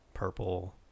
purple